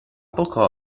poco